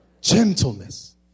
Gentleness